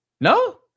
no